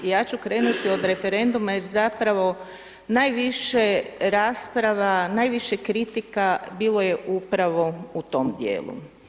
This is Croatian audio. Ja ću krenuti od referenduma jer zapravo najviše rasprava, najviše kritika bilo je upravo u tom dijelu.